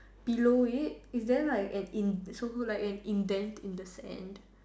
below it is there like an in~ so call like an indent in the sand